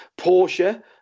Porsche